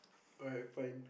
alright fine